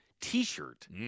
t-shirt